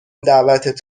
دعوتت